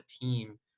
team